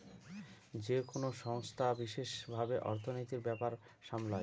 যেকোনো সংস্থাগুলো বিশেষ ভাবে অর্থনীতির ব্যাপার সামলায়